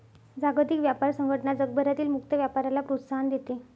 जागतिक व्यापार संघटना जगभरातील मुक्त व्यापाराला प्रोत्साहन देते